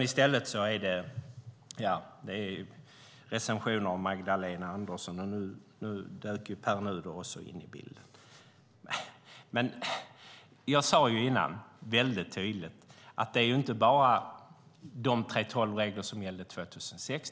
I stället recenserar Anders Borg Magdalena Andersson och Pär Nuder. Jag sade tidigare mycket tydligt att det inte bara handlar om de 3:12-regler som gällde 2006.